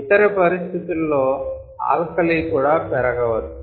ఇతర పరిస్థితులలో ఆల్కలీ క్షారం కుడా పెరగవచ్చు